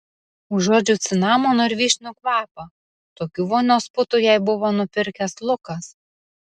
užuodžiau cinamono ir vyšnių kvapą tokių vonios putų jai buvo nupirkęs lukas